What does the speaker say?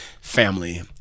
family